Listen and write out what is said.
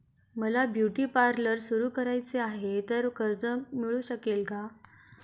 मला beauty parlour सुरू करायचे आहे तर मला कर्ज मिळू शकेल का?